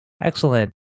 Excellent